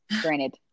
granted